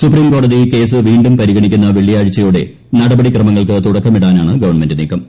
സൂപ്രീംകോടതി കേസ് വീണ്ടും പരിഗണിക്കുന്ന വെള്ളിയാഴ്ചയോടെ നടപടിക്രമങ്ങൾക്കു തുടക്കമിടാനാണ് ഗവൺമെന്റ് നീക്കം